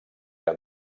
que